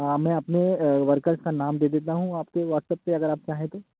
ہاں میں اپنے ورکر کا نام دے دیتا ہوں آپ کے واٹسپ پہ اگر آپ چاہیں تو